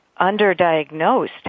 underdiagnosed